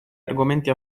argomenti